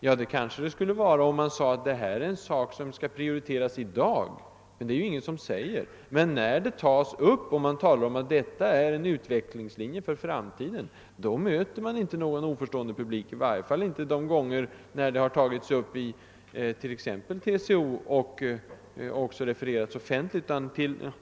Ja, det skulle man möjligen göra, om man sade att detta är någonting som skall prioriteras i dag, men det är ingen som säger det. Om man däremot när frågan tas upp säger att detta är en utvecklingslinje för framtiden, så möter man ingen oförstående publik. I varje fall har man inte gjort det då frågan tagits upp i exempelvis TCO och inte heller när förslaget har refererats offentligt.